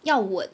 要稳